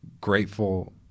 grateful